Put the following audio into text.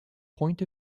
point